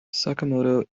sakamoto